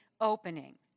opening